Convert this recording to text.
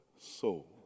soul